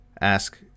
Ask